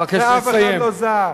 ואף אחד לא זע.